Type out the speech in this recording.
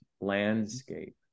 landscape